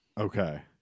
Okay